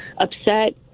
upset